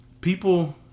people